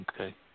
Okay